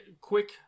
quick